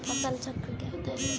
फसल चक्र क्या होता है?